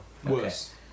Worse